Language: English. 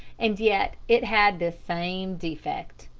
and yet it had this same defect.